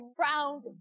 round